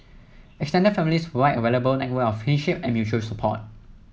extended families provide a valuable network of kinship and mutual support